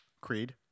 Creed